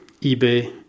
eBay